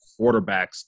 quarterbacks